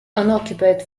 unoccupied